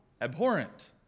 Abhorrent